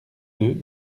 deux